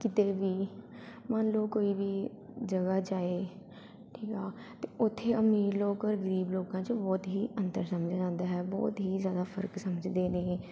ਕਿਤੇ ਵੀ ਮੰਨ ਲਓ ਕੋਈ ਵੀ ਜਗ੍ਹਾ ਜਾਏ ਠੀਕ ਆ ਤਾਂ ਉੱਥੇ ਅਮੀਰ ਲੋਕ ਔਰ ਗਰੀਬ ਲੋਕਾਂ 'ਚ ਬਹੁਤ ਹੀ ਅੰਤਰ ਸਮਝਿਆ ਜਾਂਦਾ ਹੈ ਬਹੁਤ ਹੀ ਜ਼ਿਆਦਾ ਫ਼ਰਕ ਸਮਝਦੇ ਨੇ